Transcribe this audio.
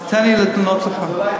אז אולי,